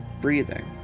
Breathing